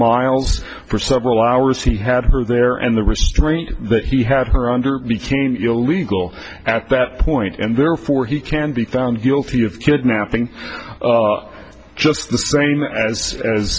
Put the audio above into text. miles for several hours he had her there and the restraint that he had her under became illegal at that point and therefore he can be found guilty of kidnapping just the same as as